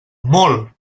molt